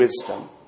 wisdom